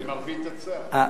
למרבה הצער.